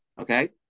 okay